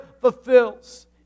fulfills